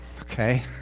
okay